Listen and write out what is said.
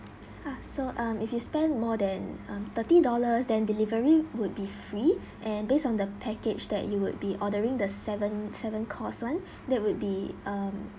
ah so um if you spend more than um thirty dollars then delivery would be free and based on the package that you would be ordering the seven seven course [one] that would be um